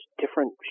different